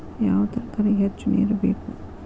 ಯಾವ ತರಕಾರಿಗೆ ಹೆಚ್ಚು ನೇರು ಬೇಕು?